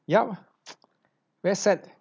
yup very sad